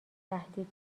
تهدید